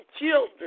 children